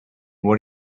what